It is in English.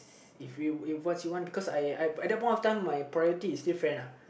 if you if what you want because I I at that point of time my priority is still friend uh